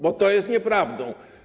Bo to jest nieprawdą.